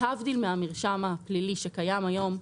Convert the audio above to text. להבדיל מהמרשם הפלילי שקיים היום,